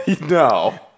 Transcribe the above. no